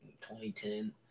2010